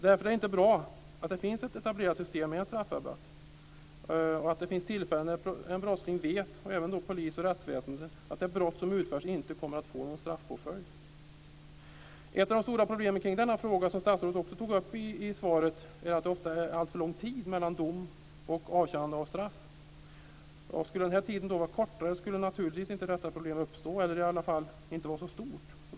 Därför är det inte bra att det finns ett etablerat system med straffrabatt och att det finns tillfällen då en brottsling vet, även polis och rättsväsende, att ett brott som utförs inte kommer att leda till straffpåföljd. Ett av de stora problemen kring denna fråga, som statsrådet också tog upp i svaret, är att det ofta är alltför lång tid mellan dom och avtjänande av straff. Skulle denna tid vara kortare skulle naturligtvis inte detta problem uppstå, eller i alla fall inte vara så stort.